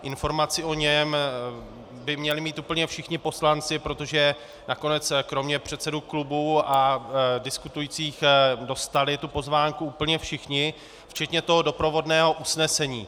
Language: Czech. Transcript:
Informaci o něm by měli mít úplně všichni poslanci, protože nakonec kromě předsedů klubů a diskutujících dostali tu pozvánku úplně všichni, včetně doprovodného usnesení.